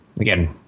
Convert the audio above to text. Again